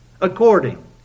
according